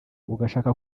ugashaka